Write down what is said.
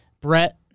Brett